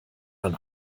dann